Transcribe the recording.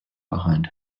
behind